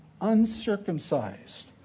uncircumcised